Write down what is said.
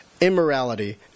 immorality